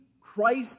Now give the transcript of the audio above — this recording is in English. Christ